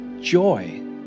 joy